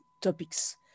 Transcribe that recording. topics